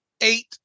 eight